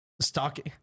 Stocking